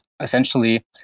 Essentially